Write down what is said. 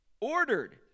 ordered